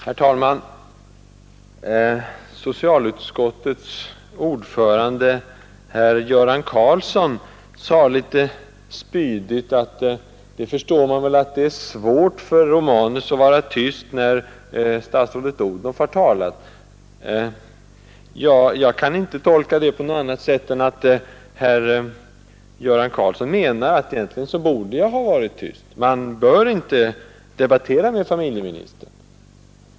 Herr talman! Socialutskottets ordförande herr Göran Karlsson sade litet spydigt att det förstår man väl att det är svårt för Romanus att vara tyst när statsrådet Odhnoff har talat. Jag kan inte tolka det på något annat sätt än att herr Göran Karlsson menar, att egentligen borde jag ha varit tyst — man bör inte debattera med familjeministern.